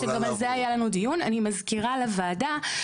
תמ"א 38 הייתה תמ"א לעשירים.